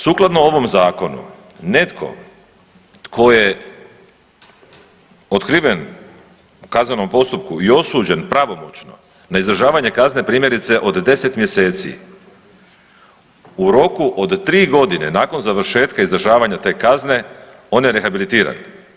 Sukladno ovom zakonu netko tko je otkriven u kaznenom postupku i osuđen pravomoćno na izdržavanje kazne primjerice od 10 mjeseci u roku od tri godine nakon završetka izdržavanja te kazne on je rehabilitiran.